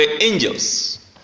angels